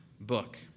book